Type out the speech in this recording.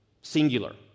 singular